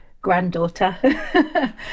granddaughter